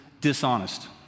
dishonest